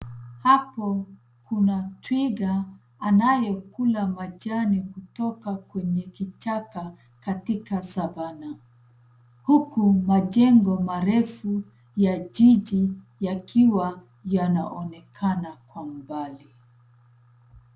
Hapo kuna twiga anayekula majani kutoka kwenye kichaka katika Savannah huku majengo marefu ya jiji yakiwa yanaonekana kwa mbali.